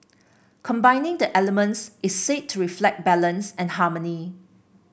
combining the elements is said to reflect balance and harmony